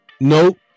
Nope